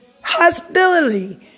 hospitality